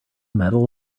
medal